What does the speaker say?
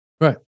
Right